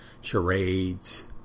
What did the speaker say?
charades